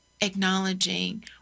acknowledging